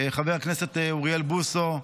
חבר הכנסת אוריאל בוסו,